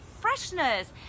freshness